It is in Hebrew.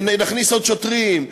נכניס עוד שוטרים,